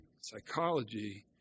psychology